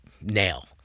nail